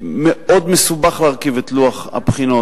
מאוד מסובך להרכיב את לוח הבחינות.